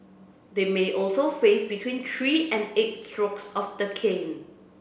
they may also face between three and eight strokes of the cane